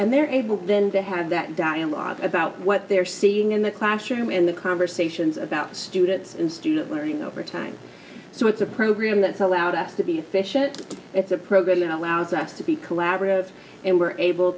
and they're able then to have that dialogue about what they're seeing in the classroom and the conversations about students and student learning over time so it's a program that's allowed us to be efficient it's a program that allows us to be collaborative and we're able